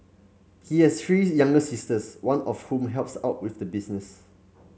he has three younger sisters one of whom helps out with the business